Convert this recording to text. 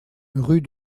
rue